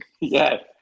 Yes